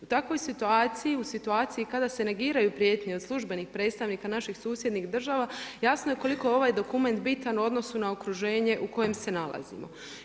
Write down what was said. U takvoj situaciji, u situaciji kada se negiraju prijetnje od službenih predstavnika naših susjednih država, jasno je koliko je ovaj dokument bitan u odnosu na okruženje u kojem se nalazimo.